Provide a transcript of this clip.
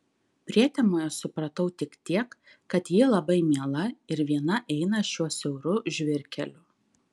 prietemoje supratau tik tiek kad ji labai miela ir viena eina šiuo siauru žvyrkeliu